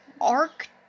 Arc